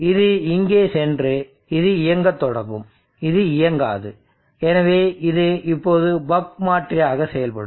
இது இங்கே சென்று இது இயங்க தொடங்கும் இது இயங்காது எனவே இது இப்போது பக் மாற்றியாக செயல்படும்